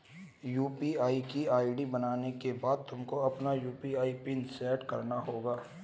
UPI की ID बनाने के बाद तुमको अपना यू.पी.आई पिन सैट करना होगा